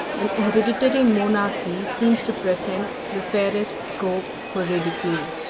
an hereditary monarchy seems to present the fairest scope for ridicule.